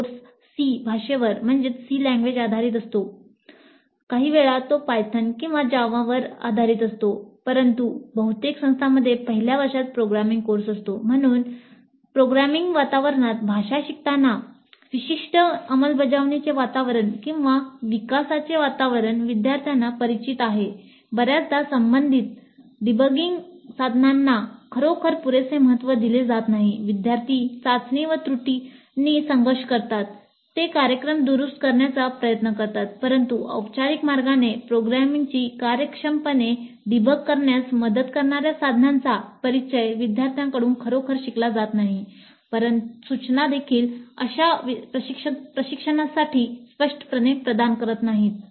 खरं तर बहुतेक संस्थांमध्ये पहिल्या वर्षी प्रोग्रामिंग कोर्स सी भाषेवर करण्यास मदत करणार्या साधनांचा परिचय विद्यार्थ्यांकडून खरोखर शिकला जात नाही सूचना देखील अशा प्रशिक्षणांसाठी स्पष्टपणे प्रदान करत नाहीत